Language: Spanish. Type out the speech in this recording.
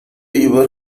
llevar